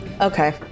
okay